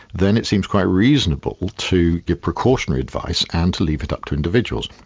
then it seems quite reasonable to give precautionary advice and to leave it up to individuals.